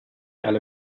alle